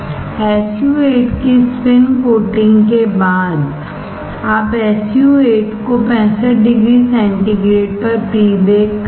और SU 8 की spin कोटिंगके बाद आप SU 8 को 65 डिग्री सेंटीग्रेड पर प्री बेक करें